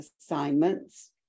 assignments